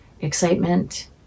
excitement